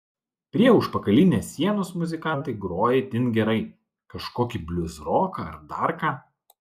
prie užpakalinės sienos muzikantai groja itin gerai kažkokį bliuzroką ar dar ką